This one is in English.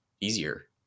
easier